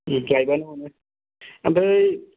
लायबानो मोनो ओमफ्राय